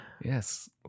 Yes